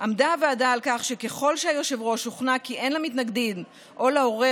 עמדה הוועדה על כך שככל שהיושב-ראש שוכנע כי אין למתנגדים או לעורר